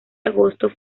agosto